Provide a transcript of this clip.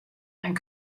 and